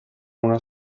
una